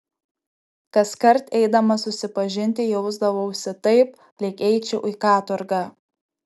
kaskart eidamas susipažinti jausdavausi taip lyg eičiau į katorgą